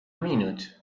minute